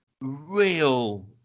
real